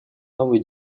новую